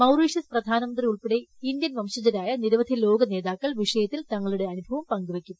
Mauritius പ്രധാനമന്ത്രിയുൾപ്പെടെ Indian വംശജരായ നിരവധി ലോക നേതാക്കൾ വിഷയത്തിൽ ്തങ്ങളുടെ അനുഭവം പങ്കുവയ്ക്കും